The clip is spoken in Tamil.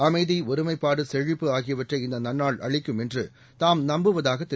அமைதி ஒருமைப்பாடு செழிப்பு ஆகியவற்றை இந்த நன்னாள் அளிக்கும் என்று தாம் நம்புவதாக திரு